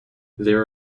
there